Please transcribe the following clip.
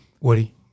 Woody